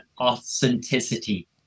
authenticity